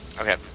Okay